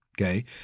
Okay